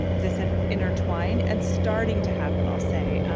as i said, intertwined and starting to happen i'll say.